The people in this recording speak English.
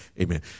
Amen